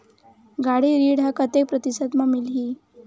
गाड़ी ऋण ह कतेक प्रतिशत म मिलही?